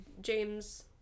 James